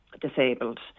disabled